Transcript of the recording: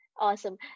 Awesome